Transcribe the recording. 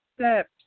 steps